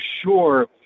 sure